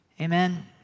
Amen